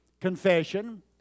confession